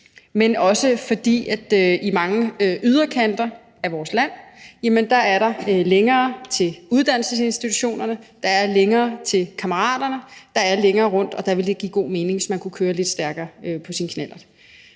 men også fordi der i mange yderområder af vores land er længere til uddannelsesinstitutionerne, der er længere til kammeraterne, og der er længere, når man skal rundt til tingene. Der ville det give god mening, hvis man kunne køre lidt stærkere på sin knallert.